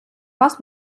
вас